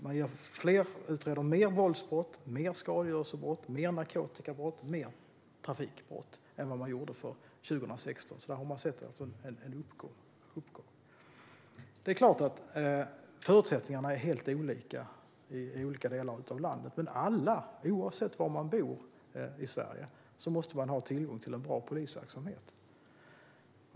Man utredde fler våldsbrott, fler skadegörelsebrott, fler narkotikabrott och fler trafikbrott än under 2016. Där har man sett en uppgång. Det är klart att förutsättningarna är helt olika i olika delar av landet. Men oavsett var man bor i Sverige måste man ha tillgång till bra polisverksamhet.